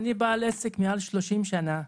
במקרה אני בעל עסק מעל ל-30 שנה.